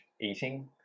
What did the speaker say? eating